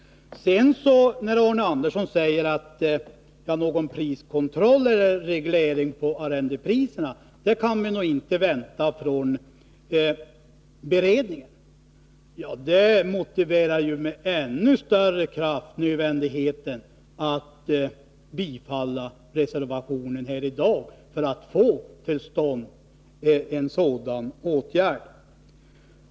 Arne Andersson i Ljung säger att vi nog från beredningen inte kan vänta något förslag om priskontroll på jaktarrendena. Det motiverar ju med ännu större styrka nödvändigheten av att i dag bifalla reservationen för att få till stånd en sådan åtgärd.